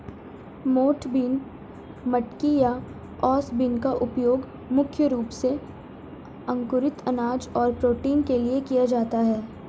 मोठ बीन, मटकी या ओस बीन का उपयोग मुख्य रूप से अंकुरित अनाज और प्रोटीन के लिए किया जाता है